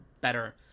better